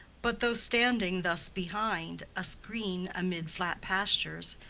but though standing thus behind a screen amid flat pastures,